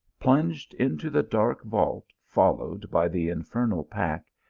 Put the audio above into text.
plunged into the dark vault followed by the infernal pack,